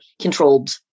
controlled